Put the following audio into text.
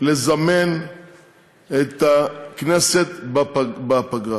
לזמן את הכנסת בפגרה.